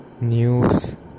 news